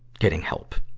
getting help.